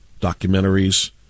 documentaries